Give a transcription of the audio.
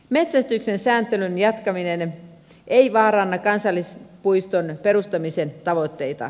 metsästyksen sääntelyn jatkaminen ei vaaranna kansallispuiston perustamisen tavoitteita